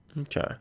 Okay